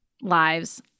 lives